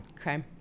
Okay